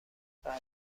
برام